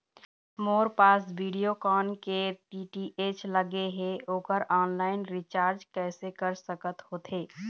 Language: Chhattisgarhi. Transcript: मोर पास वीडियोकॉन के डी.टी.एच लगे हे, ओकर ऑनलाइन रिचार्ज कैसे कर सकत होथे?